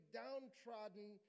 downtrodden